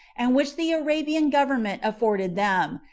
and which the arabian government afforded them,